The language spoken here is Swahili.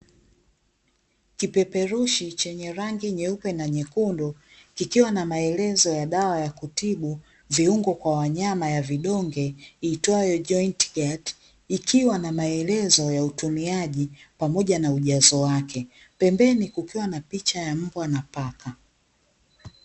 Kipeperushi chenye rangi nyeupe na nyekundu kikiwa na maelezo ya dawa ya kutibu viungo kwa wanyama ya vidonge iitwayo "Joint Guard", ikiwa na maelezo ya utumiaji pamoja na ujazo wake. Pembeni kukiwa na picha ya mbwa na paka.